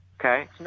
Okay